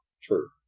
True